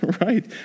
right